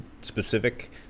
specific